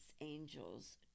angels